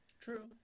True